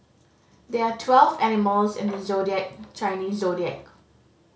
there are twelve animals in the zodiac Chinese zodiac